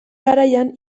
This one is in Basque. garaian